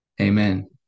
amen